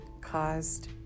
caused